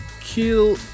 Kill